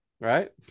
right